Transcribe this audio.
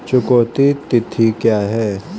चुकौती तिथि क्या है?